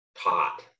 taught